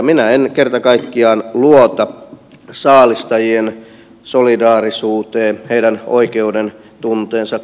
minä en kerta kaikkiaan luota saalistajien solidaarisuuteen heidän oikeudentuntoonsa